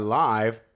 live